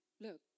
Look